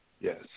Yes